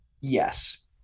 yes